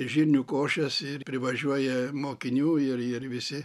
žirnių košes ir privažiuoja mokinių ir ir visi